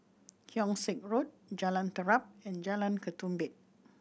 Keong Saik Road Jalan Terap and Jalan Ketumbit